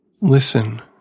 listen